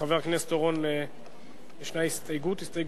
לחבר הכנסת אורון יש הסתייגות אחת.